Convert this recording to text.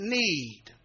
need